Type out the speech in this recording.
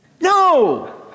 No